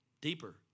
Deeper